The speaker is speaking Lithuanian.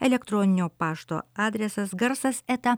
elektroninio pašto adresas garsas eta